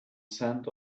scent